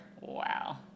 wow